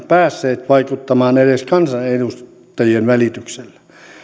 päässeet vaikuttamaan edes kansanedustajien välityksellä